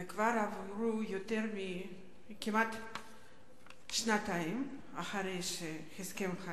וכבר עברו כמעט שנתיים אחרי ההסכם,